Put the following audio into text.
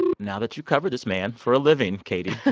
now that you cover this man for a living, katie.